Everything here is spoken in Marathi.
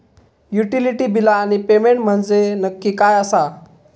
युटिलिटी बिला आणि पेमेंट म्हंजे नक्की काय आसा?